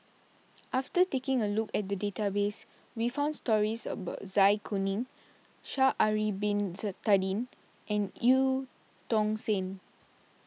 after taking a look at the database we found stories about Zai Kuning Sha'ari Bin Tadin and Eu Tong Sen